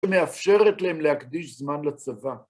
מאפשרת להם להקדיש זמן לצבא.